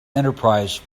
enterprise